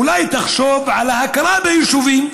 אולי תחשוב על הכרה ביישובים,